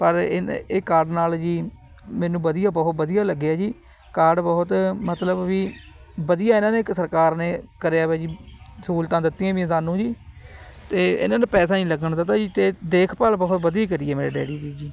ਪਰ ਇਹਨੇ ਇਹ ਕਾਰਡ ਨਾਲ ਜੀ ਮੈਨੂੰ ਵਧੀਆ ਬਹੁਤ ਵਧੀਆ ਲੱਗਿਆ ਜੀ ਕਾਰਡ ਬਹੁਤ ਮਤਲਬ ਵੀ ਵਧੀਆ ਇਹਨਾਂ ਨੇ ਇੱਕ ਸਰਕਾਰ ਨੇ ਕਰਿਆ ਵਾ ਜੀ ਸਹੂਲਤਾਂ ਦਿੱਤੀਆਂ ਵੀ ਸਾਨੂੰ ਜੀ ਅਤੇ ਇਹਨਾਂ ਨੇ ਪੈਸਾ ਨਹੀਂ ਲੱਗਣ ਦਿੱਤਾ ਜੀ ਅਤੇ ਦੇਖਭਾਲ ਬਹੁਤ ਵਧੀਆ ਕਰੀ ਹੈ ਮੇਰੇ ਡੈਡੀ ਦੀ ਜੀ